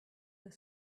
your